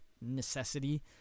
Necessity